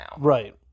Right